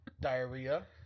Diarrhea